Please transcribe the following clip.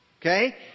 Okay